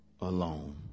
alone